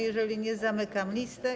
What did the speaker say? Jeżeli nie, zamykam listę.